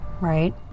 right